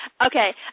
Okay